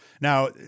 Now